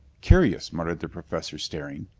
curious, muttered the professor, staring.